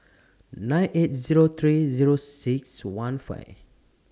nine eight Zero three Zero six one five